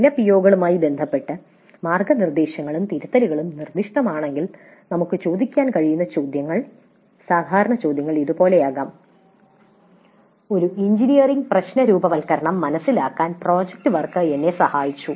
ചില പിഒകളുമായി ബന്ധപ്പെട്ട് മാർഗ്ഗനിർദ്ദേശങ്ങളും തിരുത്തലുകളും നിർദ്ദിഷ്ടമാണെങ്കിൽ നമുക്ക് ചോദിക്കാൻ കഴിയുന്ന ചോദ്യങ്ങൾ സാധാരണ ചോദ്യങ്ങൾ ഇതുപോലെയാകാം "ഒരു എഞ്ചിനീയറിംഗ് പ്രശ്നരൂപവത്കരണം മനസിലാക്കാൻ പ്രോജക്റ്റ് വർക്ക് എന്നെ സഹായിച്ചു